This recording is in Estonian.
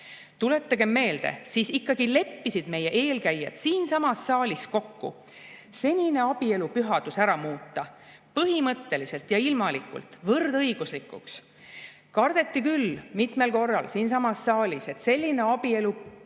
Tuletagem meelde, siis ikkagi leppisid meie eelkäijad siinsamas saalis kokku senine abielu pühadus ära muuta, põhimõtteliselt ja ilmalikult, võrdõiguslikuks. Kardeti küll mitmel korral siinsamas saalis, et selline abielu pühaduse